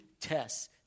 tests